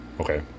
Okay